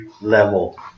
level